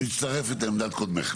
את מצטרפת לעמדת קודמך.